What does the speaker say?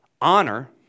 honor